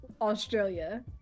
Australia